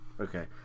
Okay